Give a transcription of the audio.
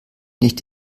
nicht